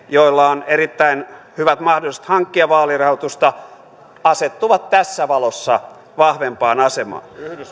joilla on erittäin hyvät mahdollisuudet hankkia vaalirahoitusta asettuvat tässä valossa vahvempaan asemaan